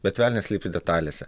bet velnias slypi detalėse